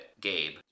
Gabe